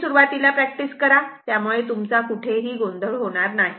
थोडी सुरुवातीला प्रॅक्टिस करा त्यामुळे तुमचा कुठेही गोंधळ होणार नाही